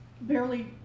barely